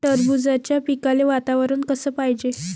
टरबूजाच्या पिकाले वातावरन कस पायजे?